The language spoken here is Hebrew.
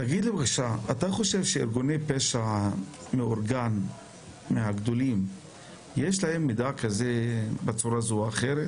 אתה חושב שלארגוני הפשע המאורגן הגדולים יש מידע כזה בצורה זו או אחרת